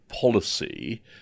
policy